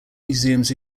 museums